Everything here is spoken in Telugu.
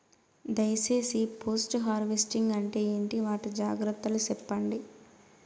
దయ సేసి పోస్ట్ హార్వెస్టింగ్ అంటే ఏంటి? వాటి జాగ్రత్తలు సెప్పండి?